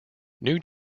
new